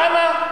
למה?